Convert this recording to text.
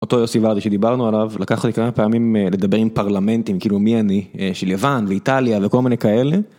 אותו יוסי ורדי שדיברנו עליו, לקחת אותי כמה פעמים לדבר עם פרלמנטים, כאילו מי אני, של יוון ואיטליה וכל מיני כאלה.